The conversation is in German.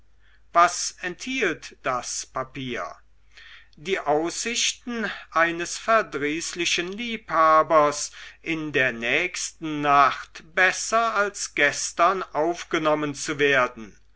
was enthielt das papier die aussichten eines verdrießlichen liebhabers in der nächsten nacht besser als gestern aufgenommen zu werden